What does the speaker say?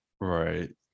Right